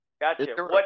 Gotcha